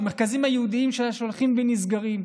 במרכזים היהודיים שהולכים ונסגרים.